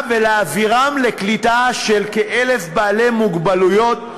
ולהעבירם לקליטה של כ-1,000 בעלי מוגבלות,